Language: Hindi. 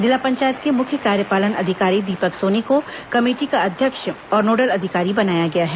जिला पंचायत के मुख्य कार्यपालन अधिकारी दीपक सोनी को कमेटी का अध्यक्ष और नोडल अधिकारी बनाया गया है